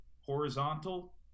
horizontal